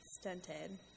stunted